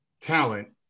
talent